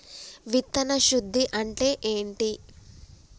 విత్తన శుద్ధి అంటే ఏంటి?